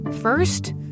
First